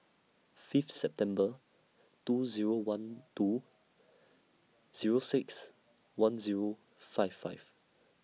Fifth September two Zero one two Zero six one Zero five five